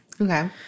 okay